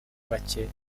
bacye